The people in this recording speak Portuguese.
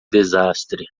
desastre